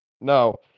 No